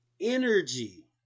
Energy